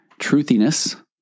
truthiness